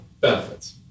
benefits